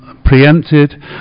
Preempted